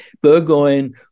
Burgoyne